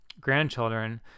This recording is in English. grandchildren